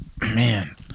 Man